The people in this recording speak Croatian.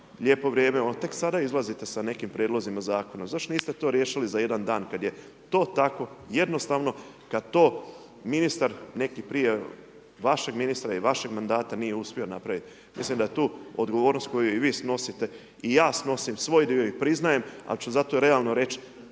lijepo vrijeme, tek sada izlazite sa nekim prijedlozima zakona, zašto niste to riješili za jedan dan kad je to tako jednostavno, kad to ministar neki prije vašeg ministra i vašeg mandata nije uspio napraviti? Mislim da je tu odgovornost koju i vi snosite i ja snosim svoj dio i priznajem ali ću zato realno reći,